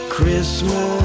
Christmas